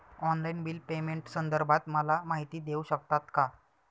Online bill पेमेंटसंदर्भात मला माहिती देऊ शकतात का?